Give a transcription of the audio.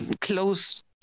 close